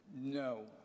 No